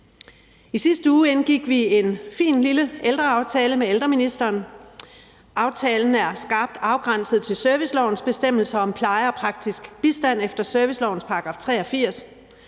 I sidste uge indgik vi en fin lille ældreaftale med ældreministeren. Aftalen er skarpt afgrænset til servicelovens bestemmelser om pleje og praktisk bistand efter servicelovens § 83